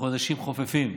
לחודשים חופפים.